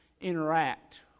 interact